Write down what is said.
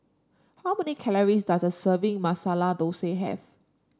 how many calories does a serving Masala Dosa have